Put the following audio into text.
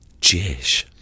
Jish